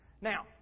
Now